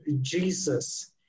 Jesus